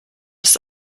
ist